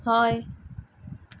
हय